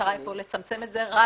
המטרה פה היא לצמצם את זה רק